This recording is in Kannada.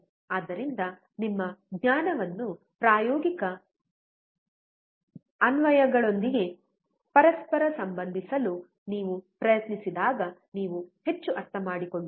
ಆದ್ದರಿಂದ ನಿಮ್ಮ ಜ್ಞಾನವನ್ನು ಪ್ರಾಯೋಗಿಕ ಅನ್ವಯಗಳೊಂದಿಗೆ ಪರಸ್ಪರ ಸಂಬಂಧಿಸಲು ನೀವು ಪ್ರಯತ್ನಿಸಿದಾಗ ನೀವು ಹೆಚ್ಚು ಅರ್ಥಮಾಡಿಕೊಳ್ಳುವಿರಿ